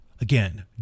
Again